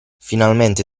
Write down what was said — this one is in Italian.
finalmente